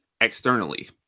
externally